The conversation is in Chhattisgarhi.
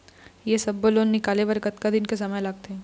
ये सब्बो लोन निकाले बर कतका दिन के समय लगथे?